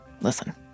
listen